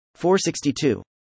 462